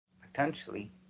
Potentially